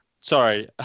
Sorry